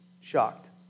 shocked